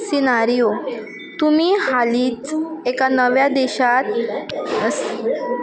scenario तुमी हालींच एका नव्या देशांत स्